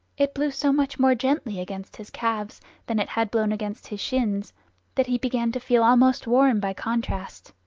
it blew so much more gently against his calves than it had blown against his shins that he began to feel almost warm by contrast.